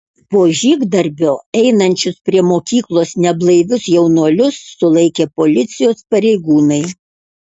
po žygdarbio einančius prie mokyklos neblaivius jaunuolius sulaikė policijos pareigūnai